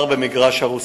במגרש-הרוסים.